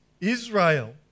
Israel